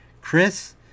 chris